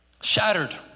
shattered